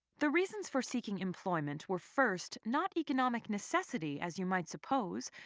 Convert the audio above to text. the reasons for seeking employment were first not economic necessity, as you might suppose,